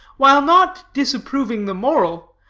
while not disapproving the moral,